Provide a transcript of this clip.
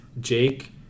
Jake